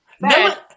no